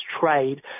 trade